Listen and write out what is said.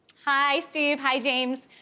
hi, steve, hi, james.